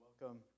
Welcome